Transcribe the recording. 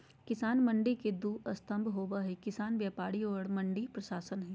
किसान मंडी के दू स्तम्भ होबे हइ किसान व्यापारी और मंडी प्रशासन हइ